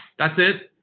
that's it.